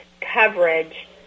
coverage